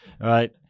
right